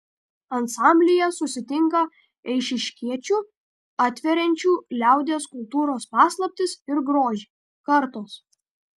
ansamblyje susitinka eišiškiečių atveriančių liaudies kultūros paslaptis ir grožį kartos